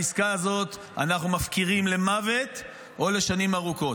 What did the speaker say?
בעסקה הזאת אנחנו מפקירים למוות או לשנים ארוכות.